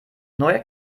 neue